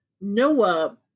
Noah